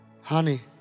honey